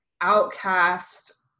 outcast